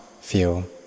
feel